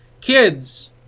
kids